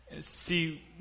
see